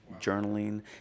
journaling